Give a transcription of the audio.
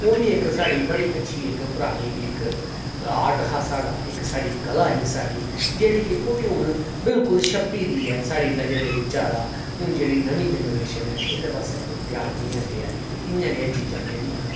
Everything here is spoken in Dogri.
ओह्बी साढ़ी इक बड़ी अच्छी इक परानी आर्ट हा साढ़ा इक कला ही साढ़ी जेह्की ओह्बी हून जेह्ड़ी कि छप्पी दी ऐ नजरै बिच्चा दा ते हून जेह्ड़ी नमीं जनरेशन ऐ ओह् ओह्दे पास्सै ध्यान निं ऐ देआ दी ते इ'यां गै एह् चीज़ां न जेह्ड़ियां